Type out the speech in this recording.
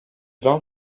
vin